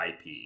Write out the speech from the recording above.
IP